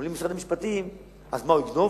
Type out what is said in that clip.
אומרים לי משרד המשפטים: אז מה, הוא יגנוב?